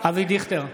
אבי דיכטר,